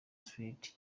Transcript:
street